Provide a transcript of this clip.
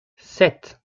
sept